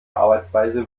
arbeitsweise